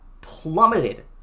plummeted